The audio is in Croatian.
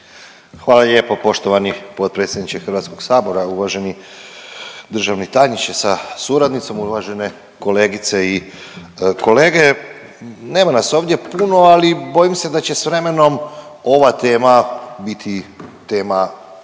Hvala lijepo poštovani potpredsjedniče HS-a, uvaženi državni tajniče sa suradnicom, uvažene kolegice i kolege. Nema nas ovdje puno, ali bojim se da će s vremenom ova tema biti tema,